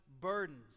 burdens